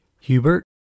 Hubert